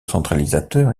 centralisateur